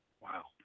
Wow